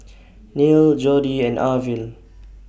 Neil Jodi and Arvil